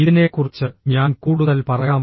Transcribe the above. ഇതിനെക്കുറിച്ച് ഞാൻ കൂടുതൽ പറയാം